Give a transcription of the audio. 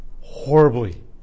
horribly